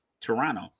Toronto